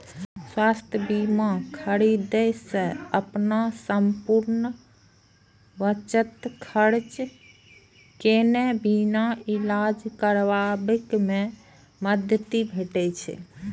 स्वास्थ्य बीमा खरीदै सं अपन संपूर्ण बचत खर्च केने बिना इलाज कराबै मे मदति भेटै छै